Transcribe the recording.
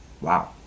Wow